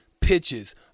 pitches